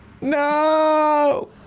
No